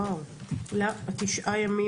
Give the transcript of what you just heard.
וואו, תשעה ימים?